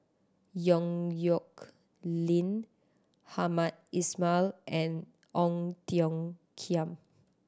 Yong Nyuk Lin Hamed Ismail and Ong Tiong Khiam